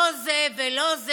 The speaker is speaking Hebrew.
לא זה ולא זה,